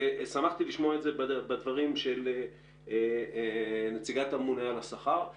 ושמחתי לשמוע את זה בדברים של נציגת הממונה על השכר,